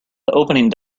opening